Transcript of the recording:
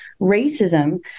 racism